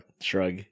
Shrug